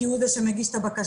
כי הוא זה שמגיש את הבקשה,